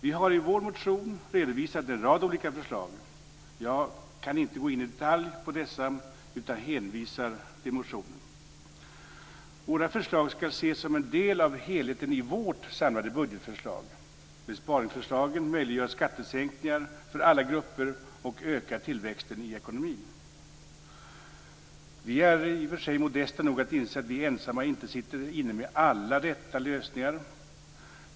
Vi har i vår motion redovisat en rad olika förslag. Jag kan inte gå in i detalj på dessa utan hänvisar till motionen. Våra förslag ska ses som en del av helheten i vårt samlade budgetförslag. Besparingsförslagen möjliggör skattesänkningar för alla grupper och ökar tillväxten i ekonomin. Vi är i och för sig modesta nog att inse att vi ensamma inte sitter inne med alla rätta lösningar.